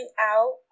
out